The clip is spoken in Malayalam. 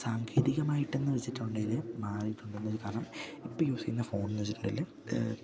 സാങ്കേതികമായിട്ടെന്ന് വെച്ചിട്ടുണ്ടേല് മാറിട്ടുണ്ട കാരണം ഇപ്പ യൂസ് ചെയ്യുന്ന ഫോൺന്ന് വെച്ചിട്ടുണ്ടെല്